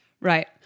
Right